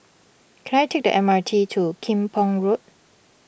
can I take the M R T to Kim Pong Road